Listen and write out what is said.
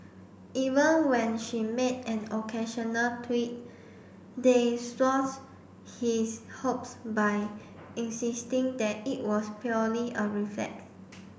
even when she made an occasional they his hopes by insisting that it was purely a reflex